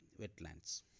wetlands